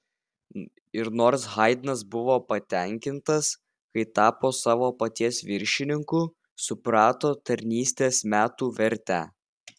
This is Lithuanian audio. ir nors haidnas buvo patenkintas kai tapo savo paties viršininku suprato tarnystės metų vertę